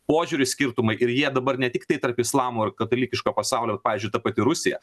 požiūrių skirtumai ir jie dabar ne tiktai tarp islamo ir katalikiško pasaulio pavyzdžiui ta pati rusija